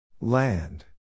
Land